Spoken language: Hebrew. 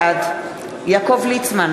בעד יעקב ליצמן,